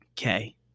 Okay